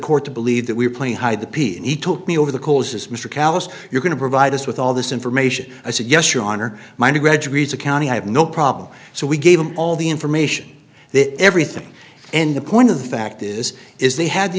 court to believe that we're playing hide the piece and he took me over the coals as mr callus you're going to provide us with all this information i said yes your honor my undergrad reads a county i have no problem so we gave him all the information that everything and the point of the fact is is they had the